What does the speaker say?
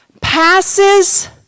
passes